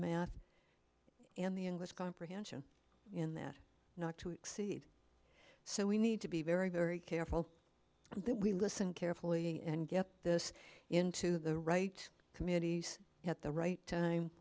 math and the english comprehension in that not to exceed so we need to be very very careful that we listen carefully and get this into the right committees at the right time